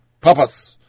Papas